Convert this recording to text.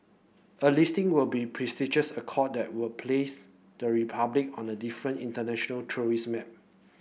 a listing will be prestigious that would place the Republic on a different international tourist map